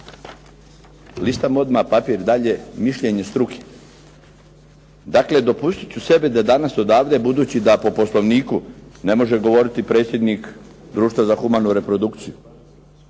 Listam odmah papir dalje mišljenje struke. Dakle, dopustiti ću sebi da danas odavde budući da po Poslovniku ne može govoriti predsjednik Društva za humanu reprodukciju